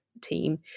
team